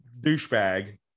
douchebag